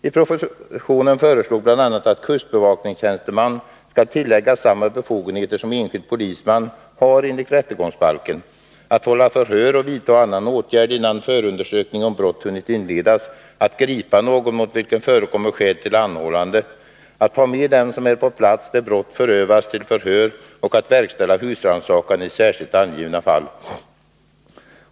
I propositionen föreslogs bl.a. att kustbevakningstjänsteman skall tilläggas samma befogenheter som enskild polisman har enligt rättegångsbalken, att hålla förhör och vidta annan åtgärd innan förundersökning om brott hunnit inledas, att gripa någon mot vilken det förekommer skäl till anhållande, att ta med den som är på plats där brott har förövats till förhör och att verkställa husrannsakan i särskilt angivna fall.